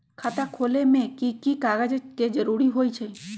खाता खोले में कि की कागज के जरूरी होई छइ?